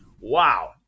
Wow